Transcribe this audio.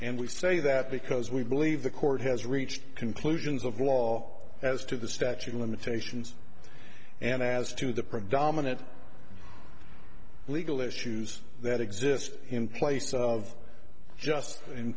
and we say that because we believe the court has reached conclusions of law as to the statute of limitations and as to the predominant legal issues that exist in place of just in